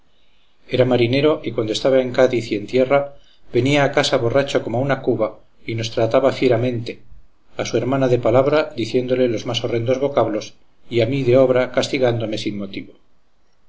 era marinero y cuando estaba en cádiz y en tierra venía a casa borracho como una cuba y nos trataba fieramente a su hermana de palabra diciéndole los más horrendos vocablos y a mí de obra castigándome sin motivo